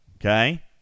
Okay